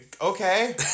Okay